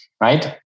right